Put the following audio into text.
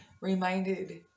reminded